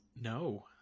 No